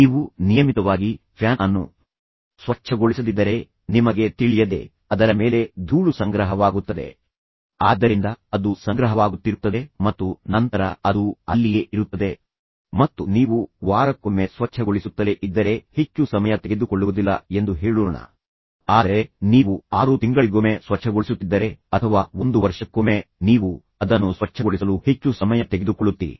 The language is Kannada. ನೀವು ನಿಯಮಿತವಾಗಿ ಫ್ಯಾನ್ ಅನ್ನು ಸ್ವಚ್ಛಗೊಳಿಸದಿದ್ದರೆ ನಿಮಗೆ ತಿಳಿಯದೆ ಅದರ ಮೇಲೆ ಧೂಳು ಸಂಗ್ರಹವಾಗುತ್ತದೆ ಆದ್ದರಿಂದ ಅದು ಸಂಗ್ರಹವಾಗುತ್ತಿರುತ್ತದೆ ಮತ್ತು ನಂತರ ಅದು ಅಲ್ಲಿಯೇ ಇರುತ್ತದೆ ಮತ್ತು ನೀವು ವಾರಕ್ಕೊಮ್ಮೆ ಸ್ವಚ್ಛಗೊಳಿಸುತ್ತಲೇ ಇದ್ದರೆ ಹೆಚ್ಚು ಸಮಯ ತೆಗೆದುಕೊಳ್ಳುವುದಿಲ್ಲ ಎಂದು ಹೇಳೋಣ ಆದರೆ ನೀವು ಆರು ತಿಂಗಳಿಗೊಮ್ಮೆ ಸ್ವಚ್ಛಗೊಳಿಸುತ್ತಿದ್ದರೆ ಅಥವಾ ಒಂದು ವರ್ಷಕ್ಕೊಮ್ಮೆ ನೀವು ಅದನ್ನು ಸ್ವಚ್ಛಗೊಳಿಸಲು ಹೆಚ್ಚು ಸಮಯ ತೆಗೆದುಕೊಳ್ಳುತ್ತೀರಿ